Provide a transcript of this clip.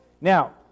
Now